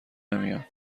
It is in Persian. نمیان